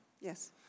Yes